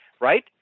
right